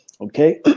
Okay